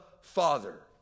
Father